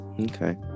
okay